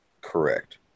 Correct